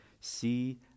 See